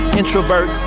introvert